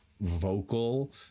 vocal